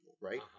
right